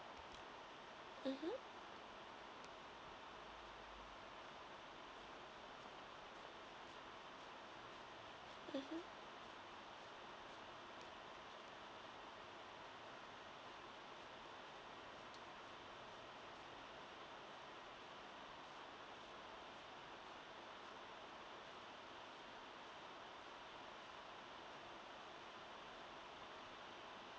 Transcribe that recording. mmhmm mmhmm